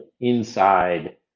inside